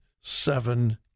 seven